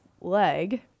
leg